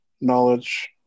knowledge